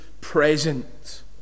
present